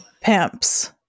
pimps